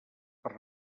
per